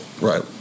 Right